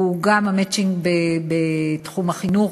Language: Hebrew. הוא גם המצ'ינג בתחום החינוך,